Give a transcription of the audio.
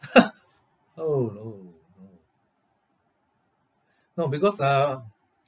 oh no no no because uh